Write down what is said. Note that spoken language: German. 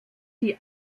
die